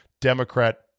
Democrat